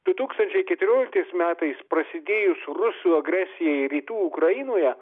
du tūkstančiai keturioliktais metais prasidėjus rusų agresijai rytų ukrainoje